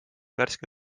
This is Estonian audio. värske